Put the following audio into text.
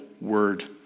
word